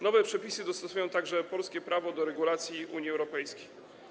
Nowe przepisy dostosowują polskie prawo do regulacji Unii Europejskiej.